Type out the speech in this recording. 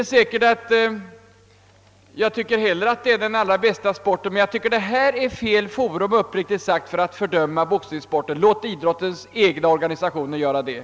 Jag tycker kanske inte heller att den är den bästa idrottsgrenen, men uppriktigt sagt anser jag att riksdagen är fel forum för att fördöma boxningssporten. Låt idrottens organisationer göra det!